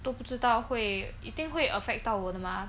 都不知道会一定会 affect 到我的吗